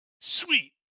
Sweet